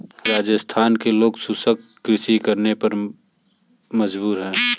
राजस्थान के लोग शुष्क कृषि करने पे मजबूर हैं